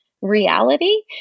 reality